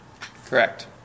Correct